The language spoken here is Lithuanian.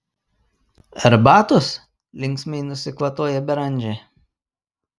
arbatos linksmai nusikvatojo beranžė